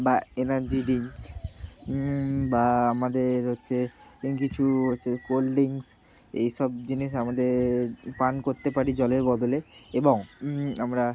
বা energy drink বা আমাদের হচ্ছে কিছু হচ্ছে কোল্ড ড্রিংকস এই সব জিনিস আমাদের পান করতে পারি জলের বদলে এবং আমরা